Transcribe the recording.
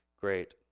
great